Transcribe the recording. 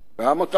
גם אותם מרסקת,